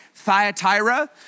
Thyatira